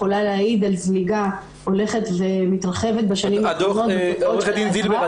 יכולה להעיד על זליגה הולכת ומתרחבת בשנים האחרונות --- עו"ד זילבר,